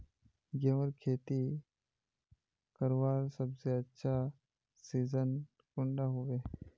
गेहूँर खेती करवार सबसे अच्छा सिजिन कुंडा होबे?